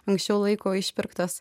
anksčiau laiko išpirktos